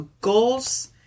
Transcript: goals